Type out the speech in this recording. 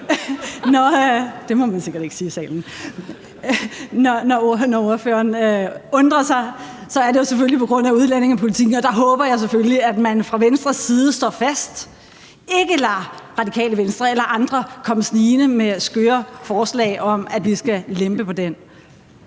Når ordføreren undrer sig, er det selvfølgelig på grund af udlændingepolitikken, og der håber jeg selvfølgelig, at man fra Venstres side står fast og ikke lader Radikale Venstre eller andre komme snigende med skøre forslag om, at vi skal lempe på den.